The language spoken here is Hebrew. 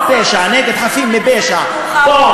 כל פשע נגד חפים מפשע, מאוחר מדי.